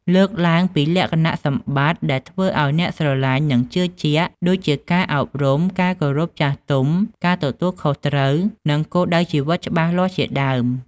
លើកឡើងពីលក្ខណៈសម្បត្តិដែលធ្វើឱ្យអ្នកស្រឡាញ់និងជឿជាក់ ដូចជាការអប់រំ ការគោរពចាស់ទុំ ការទទួលខុសត្រូវ និងគោលដៅជីវិតច្បាស់លាស់ជាដើម។